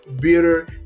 bitter